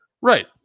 Right